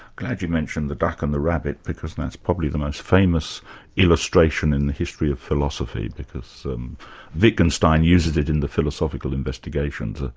glad you mentioned the duck and um the rabbit because that's probably the most famous illustration in the history of philosophy, because wittgenstein uses it in the philosophical investigations, ah